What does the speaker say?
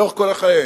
לאורך כל חייהם,